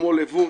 כמו לבוש,